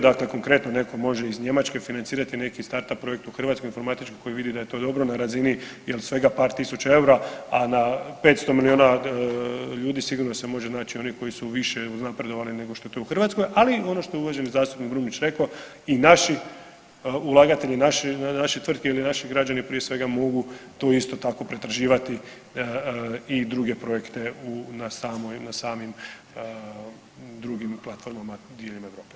Dakle, konkretno netko može iz Njemačke financirati neki startup projekt u Hrvatskoj informatički koji vidi da je to dobro na razini jer svega par tisuća EUR-a, a na 500 miliona ljudi sigurno se može naći oni koji su više uzpredovali nego što je to u Hrvatskoj, ali i ono što je uvaženi zastupnik Brumnić rekao i naši ulagatelji, naše tvrtke ili naši građani prije svega mogu to isto tako pretraživati i druge projekte u, na, na samim drugim platformama diljem Europe.